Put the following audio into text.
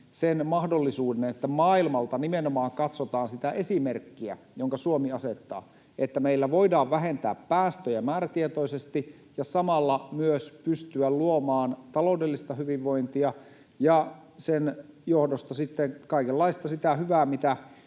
sen mahdollisuuden, että maailmalta nimenomaan katsotaan sitä esimerkkiä, jonka Suomi asettaa, että meillä voidaan vähentää päästöjä määrätietoisesti ja samalla myös pystytään luomaan taloudellista hyvinvointia ja sen johdosta sitten sitä kaikenlaista hyvää,